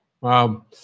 wow